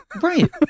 Right